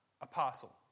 apostle